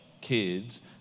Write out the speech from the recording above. kids